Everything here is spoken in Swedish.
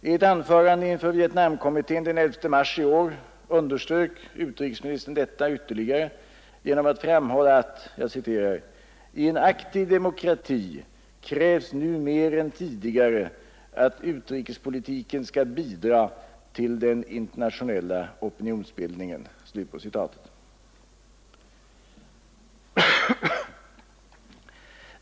I ett anförande inför Vietnamkommittén den 11 mars i år underströk utrikesministern detta ytterligare genom att framhålla, att ”i en aktiv demokrati krävs nu mer än tidigare att utrikespolitiken skall bidra till den internationella opinionsbildningen”.